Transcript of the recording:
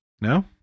No